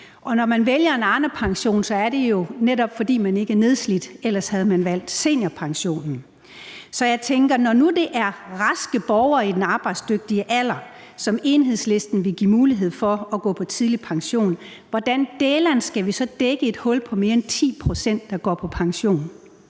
og når man vælger en Arnepension, er det jo netop ikke, fordi man er nedslidt, for ellers havde man valgt seniorpensionen. Så jeg tænker, at når nu det er raske borgere i den arbejdsdygtige alder, som Enhedslisten vil give mulighed for at gå på tidlig pension, hvordan dælen skal vi så dække det hul, der opstår, når mere end 10 pct. går på pension?